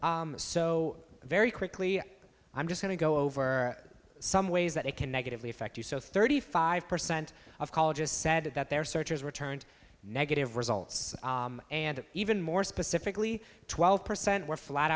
so very quickly i'm just going to go over some ways that it can negatively affect you so thirty five percent of colleges said that their searches returned negative results and even more specifically twelve percent were flat